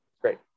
Great